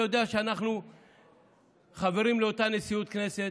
אנחנו חברים באותה נשיאות כנסת,